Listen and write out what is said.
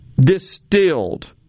distilled